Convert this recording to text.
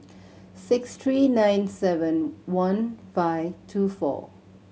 six three nine seven one five two four